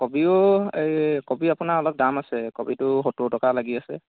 কবিও এই কবি আপোনাৰ অলপ দাম আছে কবিটো সত্তৰ টকা লাগি আছে